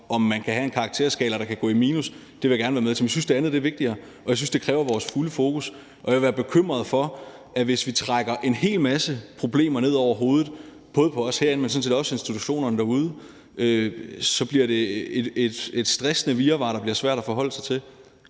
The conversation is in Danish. om man kan have en karakterskala, der kan gå i minus; det vil jeg gerne være med til. Men jeg synes, at det andet er vigtigere, og jeg synes, at det kræver vores fulde fokus, og jeg vil være bekymret for, at hvis vi trækker en hel masse problemer ned over hovedet på både os herinde, men sådan set også institutionerne derude, bliver det et stressende virvar, der bliver svært at forholde sig til.